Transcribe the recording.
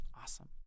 Awesome